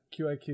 QIQ